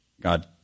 God